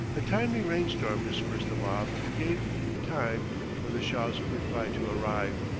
a timely rain-storm dispersed the mob and gave time for the shah's reply to arrive,